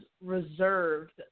reserved